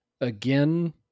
Again